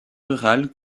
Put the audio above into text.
rurale